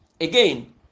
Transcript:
Again